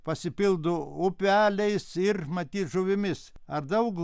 pasipildo upeliais ir matyt žuvimis ar daug